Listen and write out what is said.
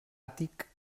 àtic